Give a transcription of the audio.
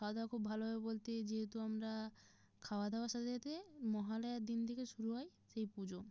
খাওয়া দাওয়া খুব ভালোভাবে বলতে যেহেতু আমরা খাওয়া দাওয়ার সাথে সাথে মহালয়ার দিন থেকে শুরু হয় সেই পুজো